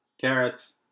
carrots